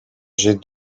jet